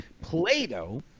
Plato